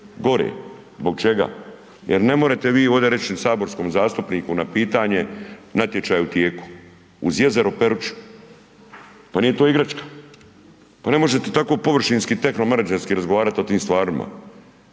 gore. Zbog čega? Jer ne možete vi ovdje reći saborskom zastupniku na pitanje, natječaj u tijeku, uz jezero Peruća, pa nije to igračka. Pa ne možete tako površinski tehno menadžerski razgovarati o tim stvarima.